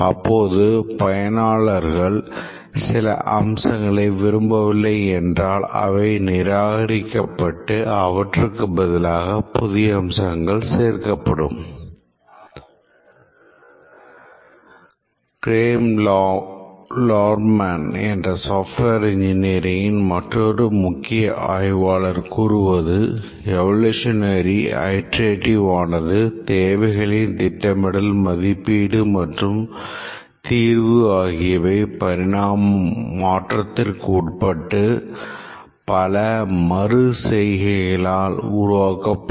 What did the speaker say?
அப்போது பயனார்கள் சில அம்சங்களை விரும்பவில்லை என்றால் அவை நிராகரிக்கப்பட்டு அவற்றுக்கு பதிலாக புதிய அம்சங்கள் சேர்க்கப்படும் கிரெக் லார்மான் களால் உருவாக்கபடும்